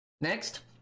Next